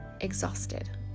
exhausted